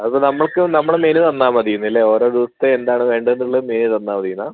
അതിപ്പോൾ നമുക്ക് നമ്മൾ മെനു തന്നാൽ മതിയെന്ന് അല്ലേ ഓരോ ദിവസത്തെ എന്താണ് വേണ്ടതെന്നുള്ളത് മെനു തന്നാൽ മതിയെന്നാണോ